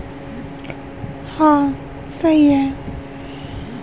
तापमान का गिरना उठना मौसम पर निर्भर करता है